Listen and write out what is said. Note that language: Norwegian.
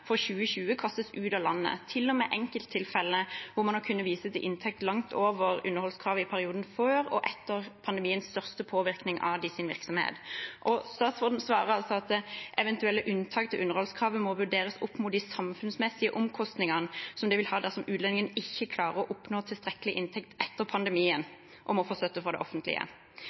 for 2020, kastes ut av landet, til og med i enkelttilfeller hvor man har kunnet vise til inntekt langt over underholdskravet i perioden før og etter pandemiens største påvirkning på virksomheten deres. Statsråden svarer altså at eventuelle unntak fra underholdskravet må vurderes opp mot de samfunnsmessige omkostningene det vil ha dersom utlendingen ikke klarer å oppnå tilstrekkelig inntekt etter pandemien og må få støtte fra det offentlige.